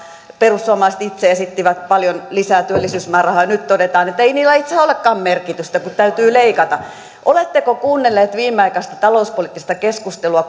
perussuomalaiset itse esittivät paljon lisää työllisyysmäärärahoja ja nyt todetaan että ei niillä itse asiassa olekaan merkitystä kun täytyy leikata oletteko kuunnelleet viimeaikaista talouspoliittista keskustelua